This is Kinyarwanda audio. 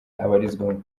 abarizwamo